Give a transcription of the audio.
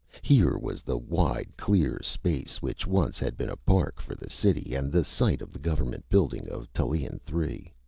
here was the wide clear space which once had been a park for the city and the site of the government building of tallien three.